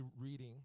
reading